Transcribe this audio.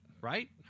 Right